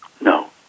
No